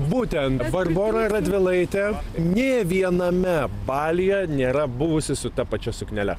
būtent barbora radvilaitė nė viename baliuje nėra buvusi su ta pačia suknele